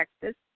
Texas